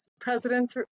president